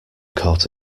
caught